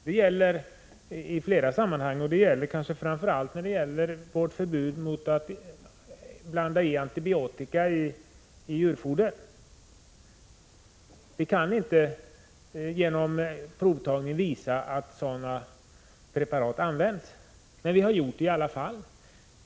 Det gäller i flera sammanhang, och kanske framför allt i fråga om förbudet mot att blanda antibiotika i djurfoder. Vi kan inte genom provtagning visa att sådana preparat använts. Men vi har förbjudit dem i alla fall.